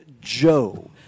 Joe